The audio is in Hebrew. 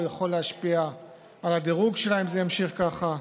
זה יכול להשפיע על הדירוג שלה אם זה יימשך ככה.